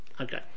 Okay